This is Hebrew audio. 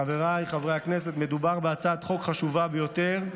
חבריי חברי הכנסת, מדובר בהצעת חוק חשובה ביותר.